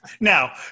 now